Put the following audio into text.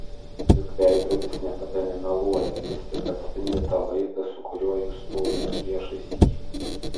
juk veidrodis niekada nemeluoja jis tik atspindi tą vaizdą su kuriuo jūs stovite priešais jį